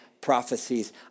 prophecies